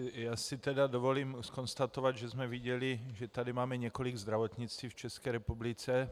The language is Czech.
Já si tedy dovolím konstatovat, že jsme viděli, že tady máme několik zdravotnictví v České republice.